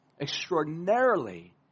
extraordinarily